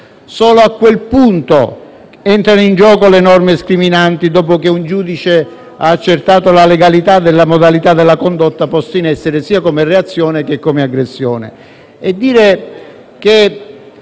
Solo a quel punto entrano in gioco le norme scriminanti, dopo che un giudice ha accertato la legalità della modalità della condotta posta in essere sia come reazione, che come aggressione.